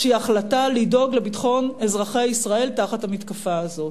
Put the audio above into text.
שהיא החלטה לדאוג לביטחון אזרחי ישראל תחת המתקפה הזאת.